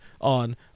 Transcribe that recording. on